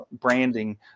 branding